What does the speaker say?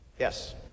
Yes